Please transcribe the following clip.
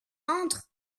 entre